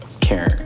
Karen